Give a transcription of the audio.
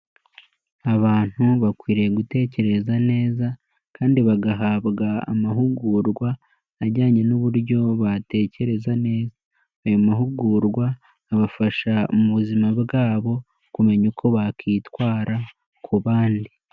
Abantu bakwiriye gutekereza neza, kandi bagahabwa amahugurwa ajyanye n'uburyo batekereza neza, ayo mahugurwa abafasha mu buzima bwabo, kumenya uko bakwitwara ku bandi.